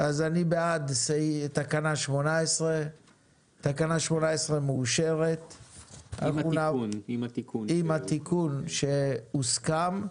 אז אני בעד תקנה 18. אז תקנה 18 אושרה עם התיקון שהוסכם.